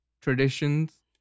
traditions